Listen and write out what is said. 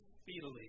speedily